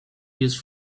used